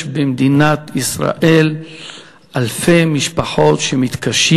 יש במדינת ישראל אלפי משפחות שמתקשות